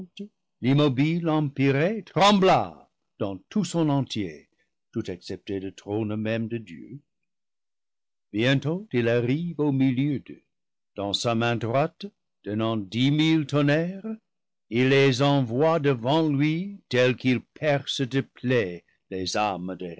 trembla dans tout son entier toutexcepté le trône même de dieu bientôt il arrive au milieu d'eux dans sa main droite tenant dix mille tonnerres il les envoie devant lui tels qu'ils percent de plaies les âmes